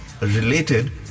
related